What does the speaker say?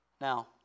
Now